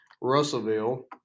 Russellville